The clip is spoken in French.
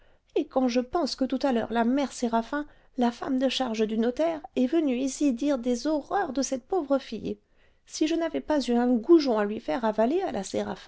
et quand je pense que tout à l'heure la mère séraphin la femme de charge du notaire est venue ici dire des horreurs de cette pauvre fille si je n'avais pas eu un goujon à lui faire avaler à la